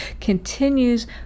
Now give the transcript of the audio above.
continues